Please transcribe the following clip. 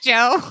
Joe